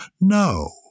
No